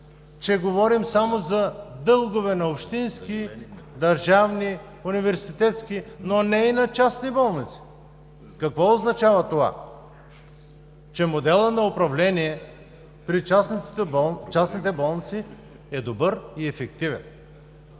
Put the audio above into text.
че говорим само за дългове на общински, държавни, университетски, но не и на частни болници? Какво означава това? Означава, че моделът на управление при частните болници е добър и ефективен.